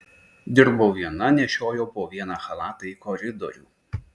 dirbau viena nešiojau po vieną chalatą į koridorių